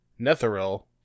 Netheril